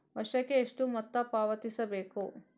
ವರ್ಷಕ್ಕೆ ಎಷ್ಟು ಮೊತ್ತ ಪಾವತಿಸಬೇಕು?